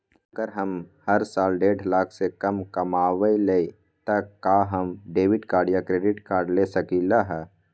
अगर हम हर साल डेढ़ लाख से कम कमावईले त का हम डेबिट कार्ड या क्रेडिट कार्ड ले सकली ह?